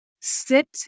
sit